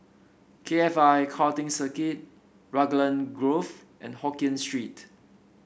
K F I Karting Circuit Raglan Grove and Hokkien Street